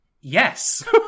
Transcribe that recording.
Yes